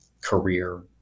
career